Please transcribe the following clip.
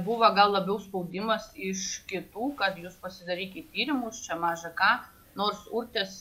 buvo gal labiau spaudimas iš kitų kad jūs pasidarykit tyrimus čia maža ką nors urtės